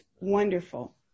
wonderful